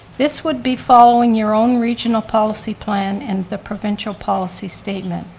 this would be following your own regional policy plan and the provincial policy statement,